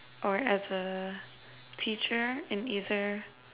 or as a teacher in either